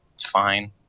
fine